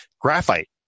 graphite